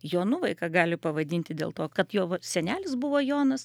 jonu vaiką gali pavadinti dėl to kad jo va senelis buvo jonas